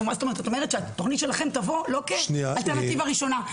את אומרת שהתכנית שלכם תבוא לא כאלטרנטיבה ראשונה.